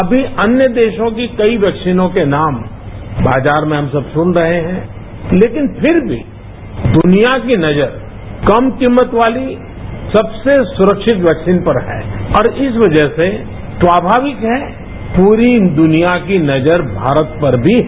अभी अन्य देशों की कई वैक्सीनों के नाम बाजार में हम सब सुन रहे हैं लेकिन फिर भी दुनिया की नजर कम कीमत वाली सबसे सुरक्षित वैक्सीन पर है और इस वजह से स्वामाविक है पूरी दुनिया की नजर भारत पर भी है